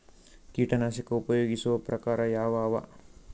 ಕೀಟನಾಶಕ ಉಪಯೋಗಿಸೊ ಪ್ರಕಾರ ಯಾವ ಅವ?